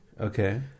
Okay